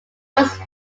was